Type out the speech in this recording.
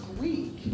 week